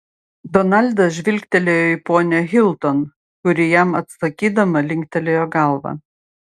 donaldas žvilgtelėjo į ponią hilton kuri jam atsakydama linktelėjo galvą